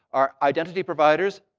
are identity providers,